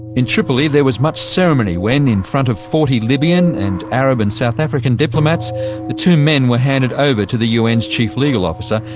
in tripoli there was much ceremony when in front of forty libyan and arab and south african diplomats, the two men were handed over to the un's chief legal officer,